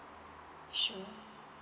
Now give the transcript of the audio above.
sure